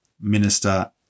minister